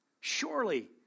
surely